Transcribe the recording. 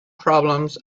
problems